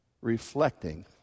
reflecting